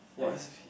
ya he's